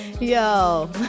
Yo